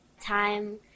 time